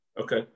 okay